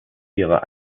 ihrer